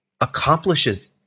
accomplishes